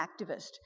activist